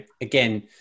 again